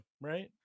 right